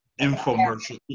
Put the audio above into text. infomercial